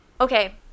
okay